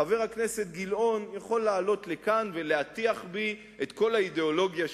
חבר הכנסת גילאון יכול לעלות לכאן ולהטיח בי את כל האידיאולוגיה שלו,